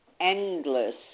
endless